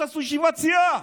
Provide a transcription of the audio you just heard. שתעשו ישיבת סיעה.